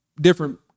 different